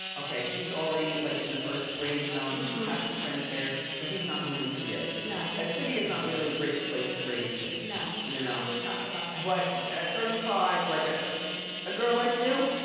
okay, she's already like in the first grade zone, she has her friends there, so he's not moving to you. know a city is not really a great place to raise kids. no, you know and we've talked about but at thirty five, like ah a girl like you,